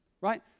right